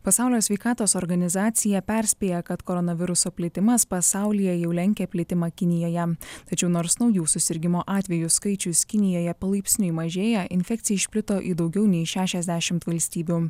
pasaulio sveikatos organizacija perspėja kad koronaviruso plitimas pasaulyje jau lenkia plitimą kinijoje tačiau nors naujų susirgimo atvejų skaičius kinijoje palaipsniui mažėja infekcija išplito į daugiau nei šešiasdešimt valstybių